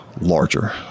larger